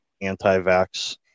anti-vax